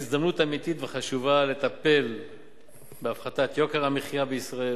הזדמנות אמיתית וחשובה לטפל בהפחתת יוקר המחיה בישראל,